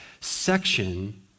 section